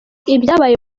ibyabaye